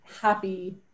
happy